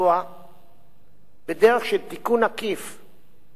בדרך של תיקון עקיף לחוק-יסוד: השפיטה,